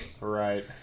Right